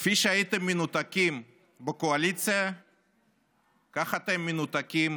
כפי שהייתם מנותקים בקואליציה ככה אתם מנותקים